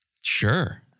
sure